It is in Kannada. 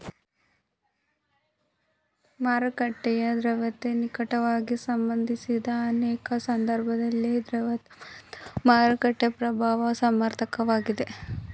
ಮಾರುಕಟ್ಟೆಯ ದ್ರವ್ಯತೆಗೆ ನಿಕಟವಾಗಿ ಸಂಬಂಧಿಸಿದ ಅನೇಕ ಸಂದರ್ಭದಲ್ಲಿ ದ್ರವತೆ ಮತ್ತು ಮಾರುಕಟ್ಟೆ ಪ್ರಭಾವ ಸಮನಾರ್ಥಕ ವಾಗಿದೆ